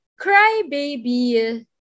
Crybaby